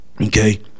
okay